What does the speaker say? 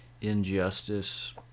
Injustice